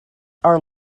are